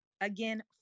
Again